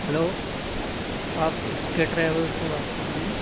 hello آپ S K travel سے بات کر رہے ہیں